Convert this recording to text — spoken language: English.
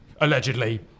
Allegedly